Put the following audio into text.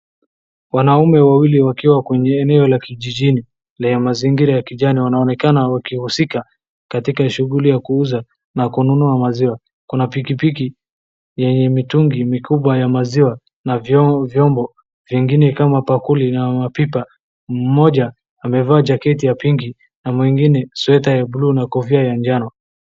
Wanaume wawili wakiwa kwenye eneo la kijijini lenye mazingira ya kijani. Wanaonekana wakihusika katika shughuli ya kuuza na kununua maziwa. Kuna pikipiki yenye mitungi mikubwa ya maziwa na vyo, vyombo vingine kama bakuri na mapipa. Mmoja amevaa jacket ya pink na mwingine sweta ya bluu na kofia ya jano.